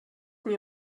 mir